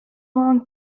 long